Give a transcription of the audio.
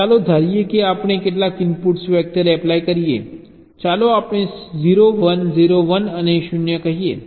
ચાલો ધારીએ કે આપણે કેટલાક ઇનપુટ વેક્ટર એપ્લાય કરીએ ચાલો આપણે 0 1 0 1 અને 0 કહીએ